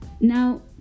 Now